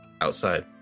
outside